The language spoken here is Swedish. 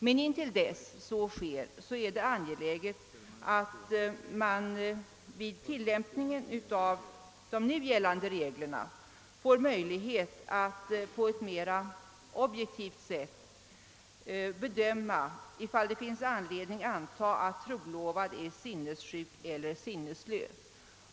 Men innan ett sådant upphävande kunnat ske är det angeläget att man vid tillämpningen av de nu gällande reglerna får möjlighet att på ett mera objektivt sätt bedöma, om det finns anledning antaga att trolovad är sinnessjuk eller sinnesslö.